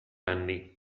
anni